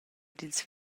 dils